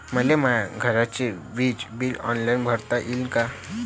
मले माया घरचे विज बिल ऑनलाईन भरता येईन का?